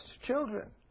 children